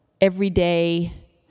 everyday